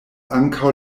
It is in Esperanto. ankaŭ